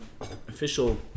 official